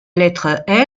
lettre